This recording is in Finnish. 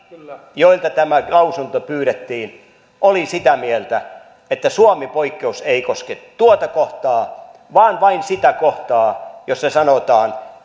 joilta tämä lausunto pyydettiin olivat sitä mieltä että suomi poikkeus ei koske tuota kohtaa vaan vain sitä kohtaa jossa sanotaan